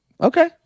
okay